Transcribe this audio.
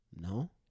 No